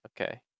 Okay